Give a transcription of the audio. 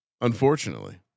Unfortunately